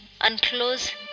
unclose